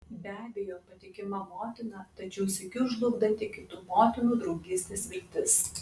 be abejo patikima motina tačiau sykiu žlugdanti kitų motinų draugystės viltis